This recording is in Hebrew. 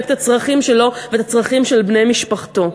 את הצרכים שלו ואת הצרכים של בני משפחתו.